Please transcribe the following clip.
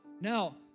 Now